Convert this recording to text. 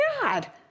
God